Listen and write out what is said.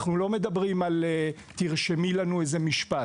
אנחנו לא מדברים על: תרשמי לנו איזה משפט.